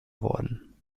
worden